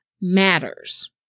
matters